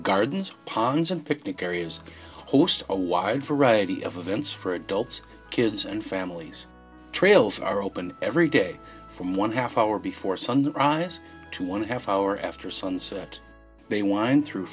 gardens ponds and picnic areas host a wide variety of events for adults kids and families trails are open every day from one half hour before sun rise to one half hour after sunset they wind through